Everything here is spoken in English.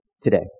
today